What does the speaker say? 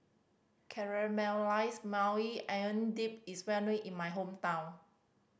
Caramelized Maui Onion Dip is well known in my hometown